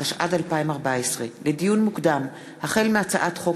התשע"ד 2014. לדיון מוקדם: החל בהצעת חוק